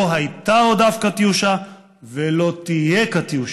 לא הייתה עוד אף קטיושה ולא תהיה קטיושה".